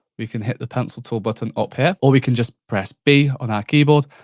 we can hit the pencil tool button up here or we can just press b on our keyboard,